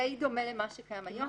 זה די דומה למה שקיים היום.